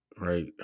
right